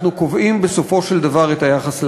אנחנו קובעים בסופו של דבר את היחס לעצמנו.